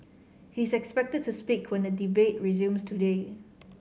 he is expected to speak when the debate resumes today